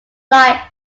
like